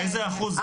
איזה אחוז הם?